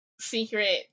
secret